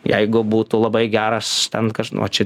jeigu būtų labai geras ten kas čia